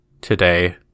today